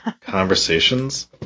conversations